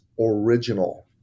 original